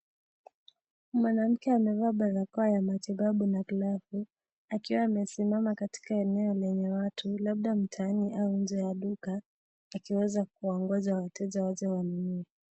Mwanamke amevaa barakoa ya matibabu na glavu akiwa amesimama katika eneo lenye watu labda mtaani au nje ya duka akiweza kuwangoja wateja waje wanunue.